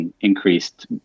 increased